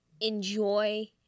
enjoy